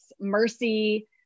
mercy